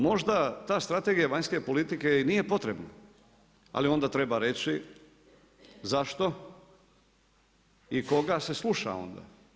Možda ta strategija vanjske politike i nije potrebna, ali onda treba reći zašto i koga se sluša onda.